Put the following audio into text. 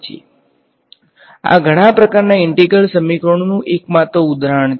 તેથી આ ઘણા પ્રકારના ઈન્ટેગ્રલ સમીકરણોનું માત્ર એક ઉદાહરણ છે